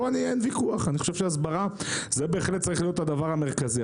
על כך אין ויכוח אני חושב שהסברה בהחלט צריכה להיות הדבר המרכזי.